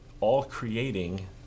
all-creating